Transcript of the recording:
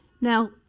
Now